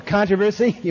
Controversy